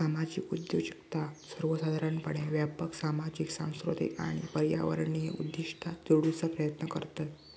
सामाजिक उद्योजकता सर्वोसाधारणपणे व्यापक सामाजिक, सांस्कृतिक आणि पर्यावरणीय उद्दिष्टा जोडूचा प्रयत्न करतत